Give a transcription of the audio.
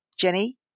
Jenny